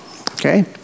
Okay